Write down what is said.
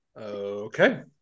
okay